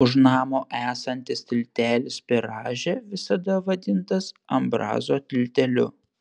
už namo esantis tiltelis per rąžę visada vadintas ambrazo tilteliu